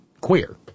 Queer